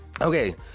Okay